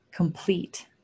complete